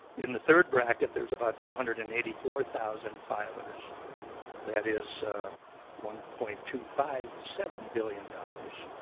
in the third bracket there is about two hundred and eighty four thousand filers that is one point two five seven billion dollars.